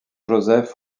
joseph